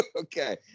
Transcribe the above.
Okay